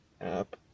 app